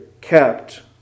kept